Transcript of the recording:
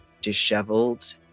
disheveled